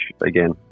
again